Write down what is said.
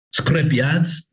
scrapyards